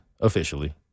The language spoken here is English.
officially